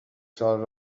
سال